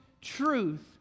truth